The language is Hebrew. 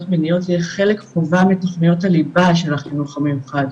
מיניות יהיה חלק חובה מתוכניות הליבה של החינוך המיוחד,